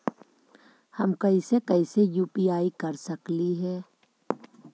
हम कैसे कैसे यु.पी.आई कर सकली हे?